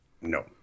No